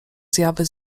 zjawy